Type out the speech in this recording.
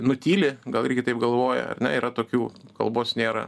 nutyli gal irgi taip galvoja ar ne yra tokių kalbos nėra